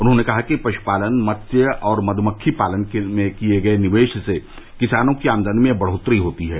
उन्होंने कहा कि पशुपालन मत्स्य और मधुमक्खी पालन में किए गए निवेश से किसानों की आमदनी में बढ़ोतरी होती है